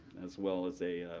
as well as a